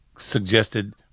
suggested